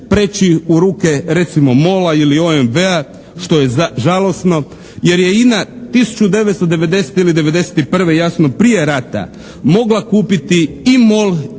u ruke recimo MOL-a ili OMV-a što je žalosno jer je INA 1990. ili 91. jasno prije rata mogla kupiti i MOL